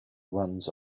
runs